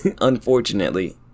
Unfortunately